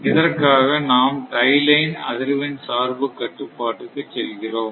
இதற்காக நாம் tie line அதிர்வெண் சார்பு கட்டுப்பாடுக்கு செல்கிறோம்